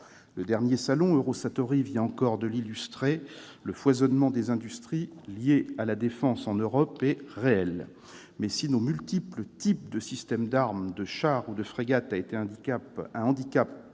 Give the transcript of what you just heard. Le dernier salon Eurosatory vient encore de l'illustrer : le foisonnement des industries liées à la défense en Europe est réel. Cependant, la multiplicité de nos systèmes d'armes, de chars ou de frégates a été un handicap